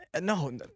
no